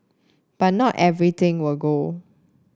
but not everything will go